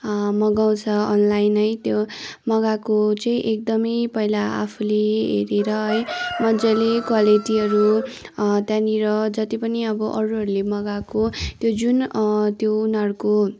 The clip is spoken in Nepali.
मगाउँछ अनलाइन है त्यो मगाएको चाहिँ एकदमै पहिला आफूले हेरेर है मज्जाले क्वालिटीहरू त्यहाँनिर जति पनि अब अरूहरूले मगाएको त्यो जुन त्यो उनीहरूको